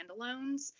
standalones